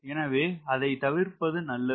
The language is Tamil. எனவே அதை தவிர்ப்பது நல்லது